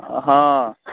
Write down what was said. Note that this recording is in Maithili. हँ